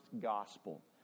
gospel